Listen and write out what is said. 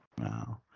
wow